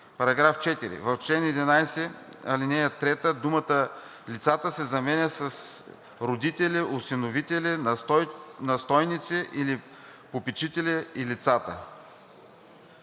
§ 4: „§ 4. В чл. 11, ал. 3 думата „Лицата“ се заменя с „Родители, осиновители, настойници или попечители и лицата“.“